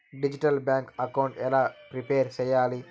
Digital bank account ఎలా prepare సెయ్యాలి?